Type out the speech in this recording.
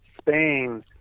spain